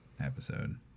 episode